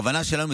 הכוונה שלנו,